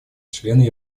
члены